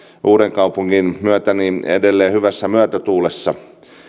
uudenkaupungin myötä edelleen hyvässä myötätuulessa